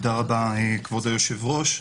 תודה רבה, כבוד היושב-ראש.